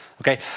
okay